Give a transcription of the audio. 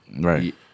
Right